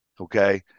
okay